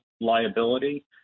liability